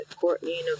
Courtney